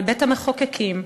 בבית-המחוקקים,